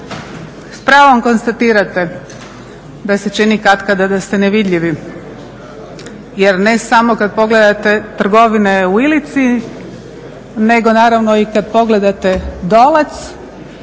pravom konstatirate da se čini katkada da ste nevidljivi. Jer ne samo kad pogledate trgovine u Ilici, nego naravno i kad pogledate Dolac